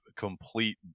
complete